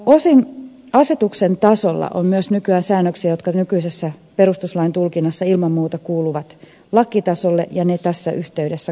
osin asetuksen tasolla on myös nykyään säännöksiä jotka nykyisessä perustuslain tulkinnassa ilman muuta kuuluvat lakitasolle ja ne tässä yhteydessä korjataan